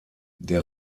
der